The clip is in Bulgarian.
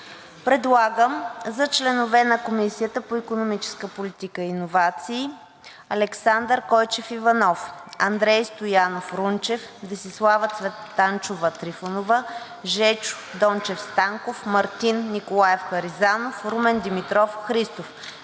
предлагам за членове на Комисията по икономическа политика и иновации: Александър Койчев Иванов, Андрей Стоянов Рунчев, Десислава Цветанчова Трифонова, Жечо Дончев Станков, Мартин Николаев Харизанов, Румен Димитров Христов.